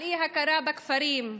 על אי-הכרה בכפרים,